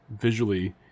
visually